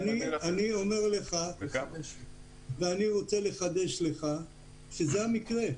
אני רוצה לחדש לך שזה המקרה,